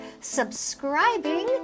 subscribing